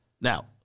Now